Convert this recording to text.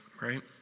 right